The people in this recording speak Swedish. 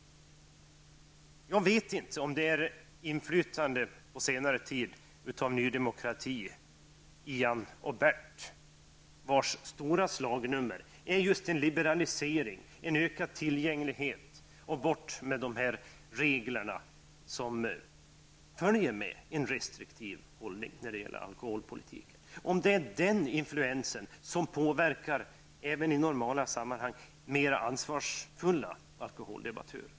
Jag vet inte om det beror på inflytandet på senare år av Ny demokrati, Ian och Bert, vars stora slagnummer är just en liberalisering, en ökad tillgänglighet och en avveckling av de regler som följer med en restriktiv alkoholpolitik. Jag vet som sagt inte om det är detta som påverkar även i normala sammanhang mera ansvarsfulla alkoholdebattörer.